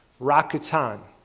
rockitan,